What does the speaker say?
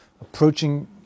approaching